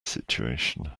situation